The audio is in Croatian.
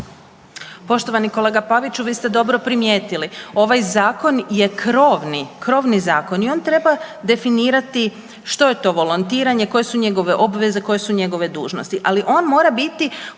Poštovani kolega Paviću vi ste dobro primijetili. Ovaj zakon je krovni, krovni zakon i on treba definirati što je to volontiranje, koje su njegove obveze, koje su njegove dužnosti, ali on mora biti